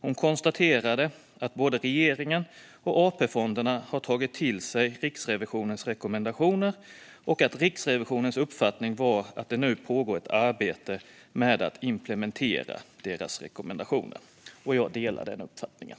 Hon konstaterade att både regeringen och AP-fonderna har tagit till sig Riksrevisionens rekommendationer och att Riksrevisionens uppfattning var att det nu pågår ett arbete med att implementera deras rekommendationer. Jag delar den uppfattningen.